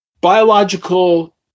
biological